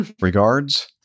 Regards